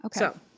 okay